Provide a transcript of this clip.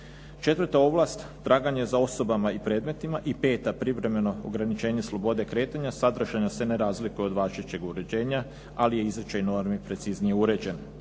Četvrta ovlast traganje za osobama i predmetima, i peta privremeno ograničenje slobode kretanja sadržajno se ne razlikuje od važećeg uređenja ali je izričaj normi preciznije uređen.